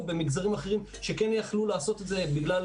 ובמגזרים אחרים שכן יכלו לעשות את זה בגלל